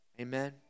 Amen